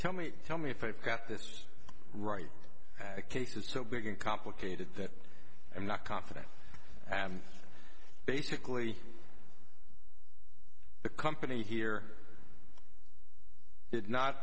tell me tell me if i've got this right a case is so big and complicated that i'm not confident and basically the company here it not